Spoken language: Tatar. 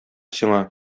сиңа